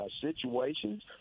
situations